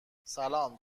سلام